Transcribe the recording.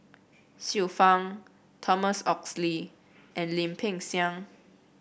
Xiu Fang Thomas Oxley and Lim Peng Siang